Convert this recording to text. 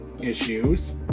issues